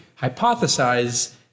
hypothesize